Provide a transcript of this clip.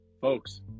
Folks